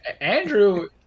Andrew